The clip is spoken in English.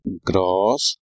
gross